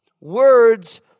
Words